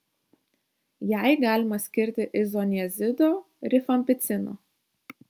jai galima skirti izoniazido rifampicino